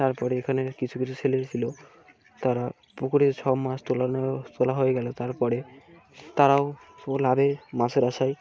তারপরে এখানে কিছু কিছু ছেলের ছিলো তারা পুকুরে সব মাছ তোলানো তোলা হয়ে গেলে তারপরে তারাও লাভে মাসের আশায়